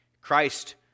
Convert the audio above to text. Christ